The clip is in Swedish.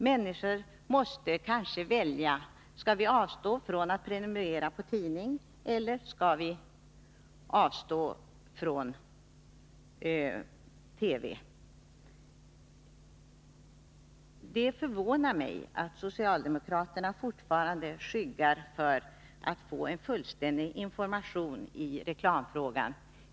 Människor måste kanske välja — skall vi avstå från att prenumerera på en 105 tidning eller skall vi avstå från TV? Det förvånar mig att socialdemokraterna fortfarande skyggar för att få en fullständig information i reklamfrågan.